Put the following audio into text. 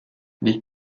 les